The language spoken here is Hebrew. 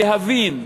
להבין,